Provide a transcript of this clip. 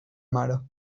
mare